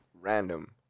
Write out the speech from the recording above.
Random